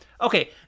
Okay